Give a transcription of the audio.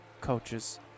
coaches